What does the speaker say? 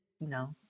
no